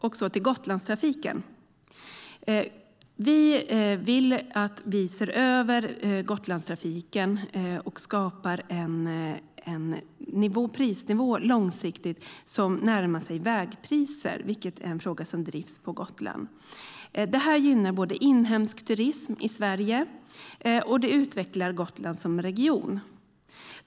När det gäller Gotlandstrafiken vill vi att man ser över den och långsiktigt skapar en prisnivå som närmar sig vägpriser, vilket är en fråga som drivs på Gotland. Det skulle både gynna inhemsk turism och utveckla Gotland som region.